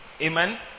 Amen